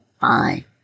fine